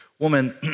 woman